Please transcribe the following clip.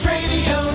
Radio